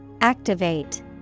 Activate